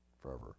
forever